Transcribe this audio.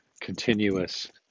continuous